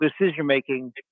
decision-making